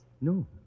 No